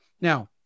Now